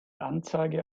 anzeige